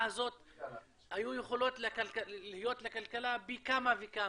הזאת היו יכולים להיות לכלכלה פי כמה וכמה,